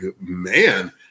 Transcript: man